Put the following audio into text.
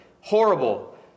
horrible